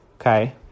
okay